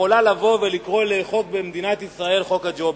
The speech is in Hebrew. יכולה לבוא ולקרוא לחוק במדינת ישראל חוק הג'ובים?